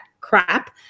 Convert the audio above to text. crap